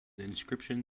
inscription